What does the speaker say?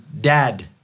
Dad